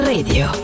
Radio